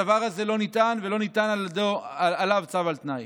הדבר הזה לא נטען ולא ניתן עליו צו על תנאי.